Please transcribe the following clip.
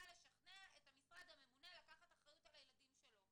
לשכנע את המשרד הממונה לקחת אחריות על הילדים שלו.